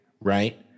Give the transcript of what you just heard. right